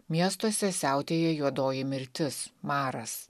miestuose siautėja juodoji mirtis maras